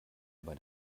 bei